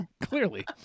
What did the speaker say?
Clearly